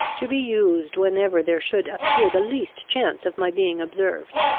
to be used whenever there should appear the least chance of my being observed,